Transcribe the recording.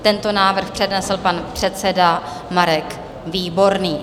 Tento návrh přednesl pan předseda Marek Výborný.